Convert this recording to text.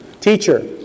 Teacher